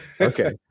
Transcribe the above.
okay